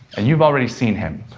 and you've already seen him.